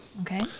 Okay